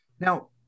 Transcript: Now